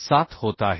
57 होत आहे